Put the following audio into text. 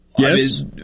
Yes